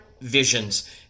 Visions